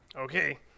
Okay